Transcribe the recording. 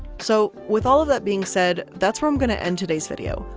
so with all of that being said that's where i'm gonna end today's video.